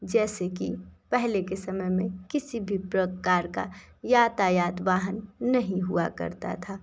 जैसे कि पहले के समय में किसी भी प्रकार का यातायात वाहन नहीं हुआ करता था